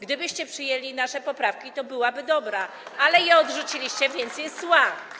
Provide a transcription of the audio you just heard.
Gdybyście przyjęli nasze poprawki, to byłaby dobra, ale je odrzuciliście, więc jest zła.